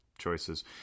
choices